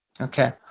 Okay